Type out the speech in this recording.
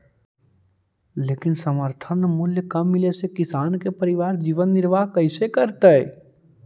लेकिन समर्थन मूल्य कम मिले से किसान के परिवार जीवन निर्वाह कइसे करतइ?